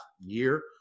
year